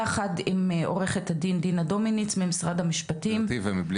יחד עם עורכת הדין דינה דומיניץ ממשרד המשפטים.